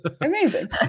Amazing